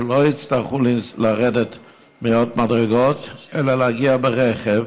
שלא יצטרכו לרדת מאות מדרגות אלא להגיע ברכב,